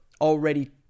already